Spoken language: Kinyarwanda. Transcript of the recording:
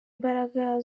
imbaraga